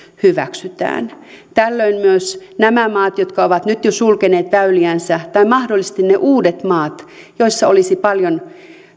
hyväksytään tällöin myös nämä maat jotka ovat nyt jo sulkeneet väyliänsä tai mahdollisesti ne uudet maat joissa olisi paljon